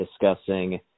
discussing